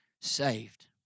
saved